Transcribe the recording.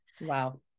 wow